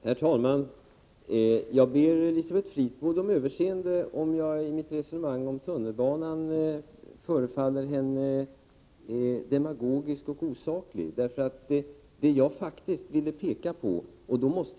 Herr talman! Jag ber om överseende, Elisabeth Fleetwood, om jag i mitt resonemang om tunnelbanan förefaller vara demagogisk och osaklig. Det som jag faktiskt ville peka på är följande.